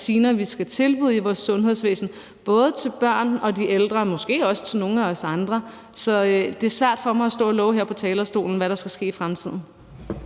vi skal tilbyde i vores sundhedsvæsen, både til børn og til de ældre og måske også til nogle af os andre. Så det er svært for mig at stå og love her på talerstolen, hvad der skal ske i fremtiden.